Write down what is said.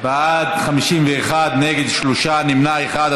בעד, 51, נגד, שלושה, נמנע אחד.